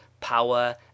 power